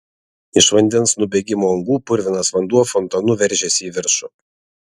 iš vandens nubėgimo angų purvinas vanduo fontanu veržėsi į viršų